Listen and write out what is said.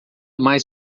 mais